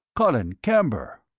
colin camber!